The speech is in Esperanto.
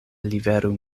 liveru